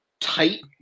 tight